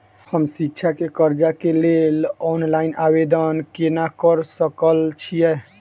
हम शिक्षा केँ कर्जा केँ लेल ऑनलाइन आवेदन केना करऽ सकल छीयै?